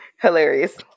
Hilarious